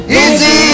Easy